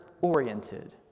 oriented